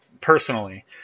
personally